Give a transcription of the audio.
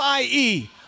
IE